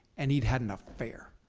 and he'd had an affair.